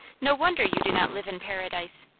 no wonder you do not live in paradise!